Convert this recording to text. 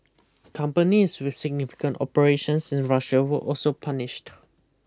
companies with significant operations in Russia were also punished